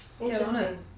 interesting